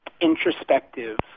introspective